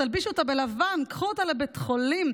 תלבישו אותה בלבן, קחו אותה לבית חולים.